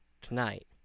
Tonight